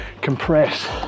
compress